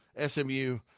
SMU